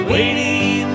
Waiting